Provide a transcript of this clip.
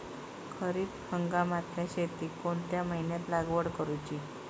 खरीप हंगामातल्या शेतीक कोणत्या महिन्यात लागवड करूची?